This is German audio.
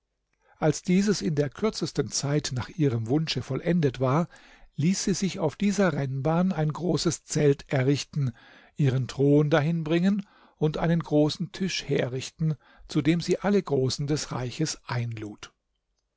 als dieses in der kürzesten zeit nach ihrem wunsche vollendet war ließ sie sich auf dieser rennbahn ein großes zelt errichten ihren thron dahin bringen und einen großen tisch herrichten zu dem sie alle großen des reiches einlud